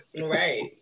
Right